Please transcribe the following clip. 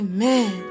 Amen